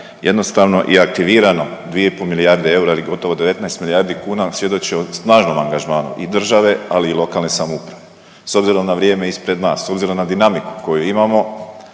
jednostavno i aktivirano 2,5 milijarde eura ili gotovo 19 milijardi kuna svjedoči o snažnom angažmanu i države, ali i lokalne samouprave. S obzirom na vrijeme ispred nas, s obzirom na dinamiku koju imamo